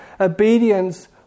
obedience